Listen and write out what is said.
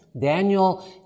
Daniel